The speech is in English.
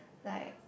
like